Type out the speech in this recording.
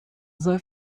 sei